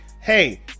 hey